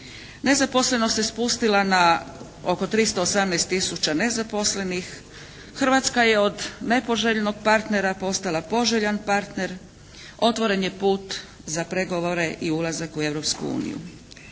Nezaposlenost se spustila na oko 318 tisuća nezaposlenih. Hrvatska je od nepoželjnog partnera postala poželjan partner. Otvoren je put za pregovore i ulazak u